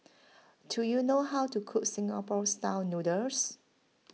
Do YOU know How to Cook Singapore Style Noodles